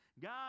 God